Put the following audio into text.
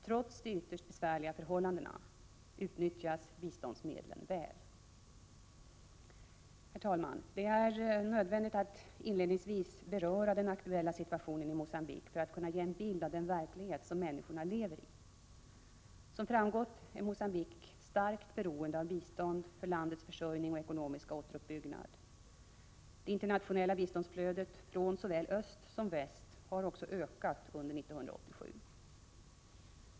Trots de ytterst besvärliga förhållandena utnyttjas biståndsmedlen väl. Herr talman! Det är nödvändigt att inledningsvis beröra den aktuella situationen i Mogambique för att kunna ge en bild av den verklighet som människorna lever i. Som framgått är Mogambique starkt beroende av bistånd för landets försörjning och ekonomiska återuppbyggnad. Det internationella biståndsflödet från såväl öst som väst har också ökat under år 1987.